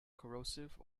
corrosive